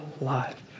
life